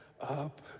up